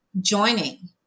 joining